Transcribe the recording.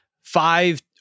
five